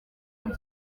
muri